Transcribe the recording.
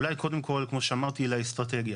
אולי קודם כל, כמו שאמרתי, לאסטרטגיה.